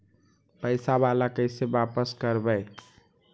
पैसा बाला कैसे बापस करबय?